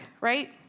right